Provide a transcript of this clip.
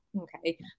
Okay